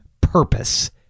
purpose